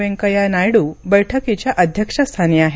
वेंकय्या नायडू बैठकीच्या अध्यक्षस्थानी आहेत